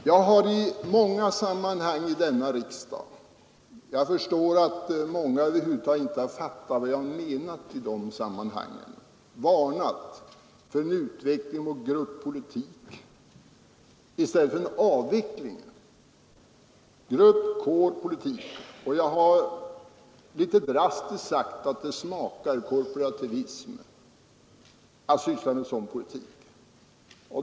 Jag har i flera sammanhang i denna riksdag — jag förstår att många inte riktigt fattat vad jag menat — varnat för en utveckling mot gruppolitik och i stället förordat en avveckling av tendensen mot gruppoch kårpolitik. Litet drastiskt har jag sagt att den smakar korporativism.